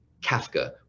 Kafka